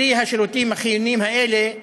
בלי השירותים החיוניים האלה,